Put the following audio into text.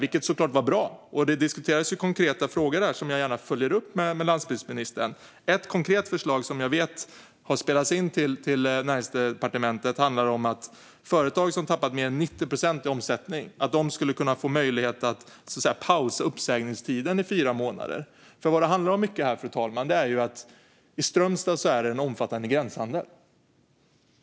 Det var såklart bra, och där diskuterades konkreta frågor som jag gärna följer upp med landsbygdsministern. Ett konkret förslag som jag vet har spelats in till Näringsdepartementet handlar om att företag som tappat mer än 90 procent i omsättning skulle kunna få möjlighet att pausa uppsägningstiden i fyra månader. Det som det handlar mycket om här, fru talman, är att det är en omfattande gränshandel i Strömstad.